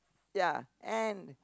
ya and